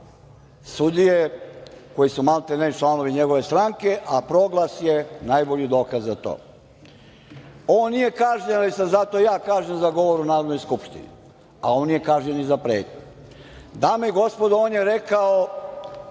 sudije koji su maltene članovi njegove stranke, a „Proglas“ je najbolji dokaz za to. On nije kažnjen, ali sam zato ja kažnjen za govor u Narodnoj skupštini, a on nije kažnjen ni za pretnju. Dame i gospodo, on je rekao